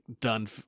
done